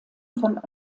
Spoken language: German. von